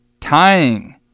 tying